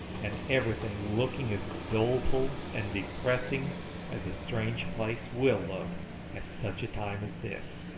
and everything looking as doleful and depressing as a strange place will look at such a time as this.